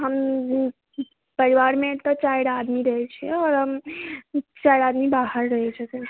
हम परिवारमे तऽ चारि आदमी रहैत छियै आओर चारि आदमी बाहर रहैत छथिन